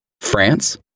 France